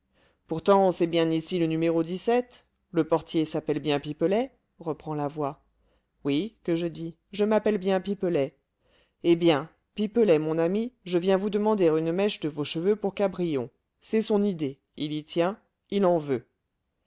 pourtant c'est bien ici le n le portier s'appelle bien pipelet reprend la voix oui que je dis je m'appelle bien pipelet eh bien pipelet mon ami je viens vous demander une mèche de vos cheveux pour cabrion c'est son idée il y tient il en veut